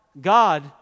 God